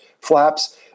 flaps